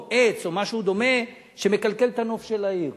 עץ או משהו דומה שמקלקל את הנוף של העיר.